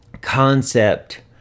concept